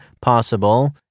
possible